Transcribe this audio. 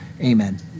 amen